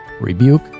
rebuke